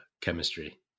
chemistry